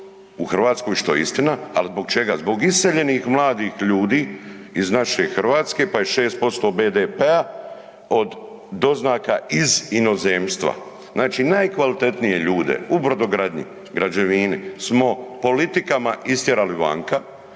u Hrvatskoj, što je istina, ali zbog čega, zbog iseljenih mladih ljudi iz naše Hrvatske, pa je 6% BDP-a od doznaka iz inozemstva. Znači najkvalitetnije ljude u brodogradnji, građevini smo politikama istjerali vanka